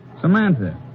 Samantha